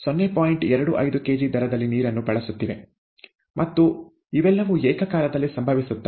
25 KG ದರದಲ್ಲಿ ನೀರನ್ನು ಬಳಸುತ್ತಿವೆ ಮತ್ತು ಇವೆಲ್ಲವೂ ಏಕಕಾಲದಲ್ಲಿ ಸಂಭವಿಸುತ್ತವೆ